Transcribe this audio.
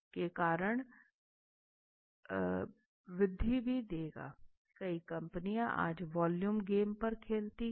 के कारण कई कंपनियां आज वॉल्यूम गेम पर खेलती हैं